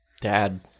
Dad